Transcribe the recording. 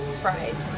fried